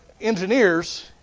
engineers